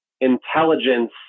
intelligence